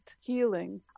healing